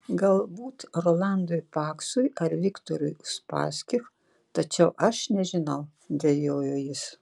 galbūt rolandui paksui ar viktorui uspaskich tačiau aš nežinau dvejojo jis